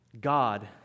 God